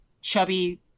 chubby